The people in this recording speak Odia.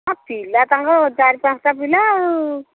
ହଁ ପିଲା ତାଙ୍କ ଚାରି ପାଞ୍ଚଟା ପିଲା ଆଉ